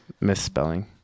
misspelling